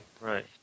Right